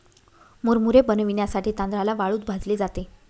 मुरमुरे बनविण्यासाठी तांदळाला वाळूत भाजले जाते